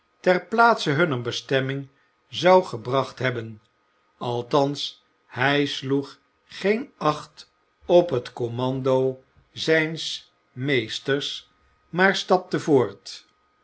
ter plaatse hunner bestemming zou gebracht hebben althans hij sloeg geen acht op het kommando zijns meesters maar stapte voort